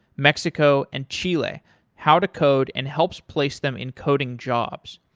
mexico and chile how to code and helps place them in coding jobs.